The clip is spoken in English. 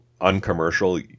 uncommercial